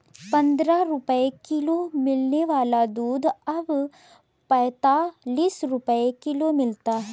पंद्रह रुपए किलो मिलने वाला दूध अब पैंतालीस रुपए किलो मिलता है